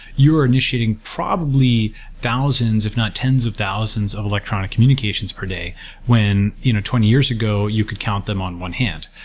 you're initiating probably thousands, if not tens of thousands of electronic communications per day when you know twenty years ago you could count them on one hand.